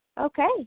Okay